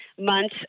months